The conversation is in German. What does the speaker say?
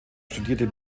studierte